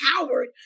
Howard